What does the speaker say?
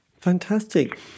Fantastic